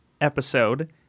episode